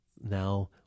now